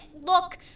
Look